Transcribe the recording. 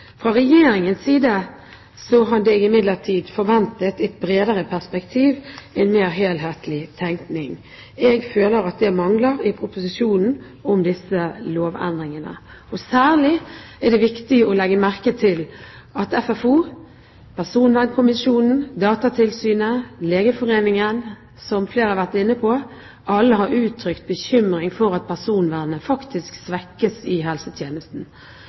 Fra Regjeringens side hadde jeg imidlertid forventet et bredere perspektiv, en mer helhetlig tenkning. Jeg føler at det mangler i proposisjonen om disse lovendringene. Særlig er det viktig å legge merke til at Funksjonshemmedes Fellesorganisasjon, Personvernkommisjonen, Datatilsynet og Legeforeningen alle, som flere har vært inne på, har uttrykt bekymring for at personvernet faktisk svekkes i helsetjenesten.